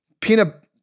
peanut